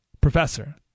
professor